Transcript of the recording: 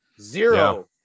zero